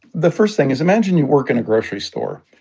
the first thing is, imagine you work in a grocery store.